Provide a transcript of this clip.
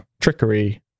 Trickery